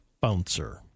Bouncer